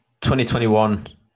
2021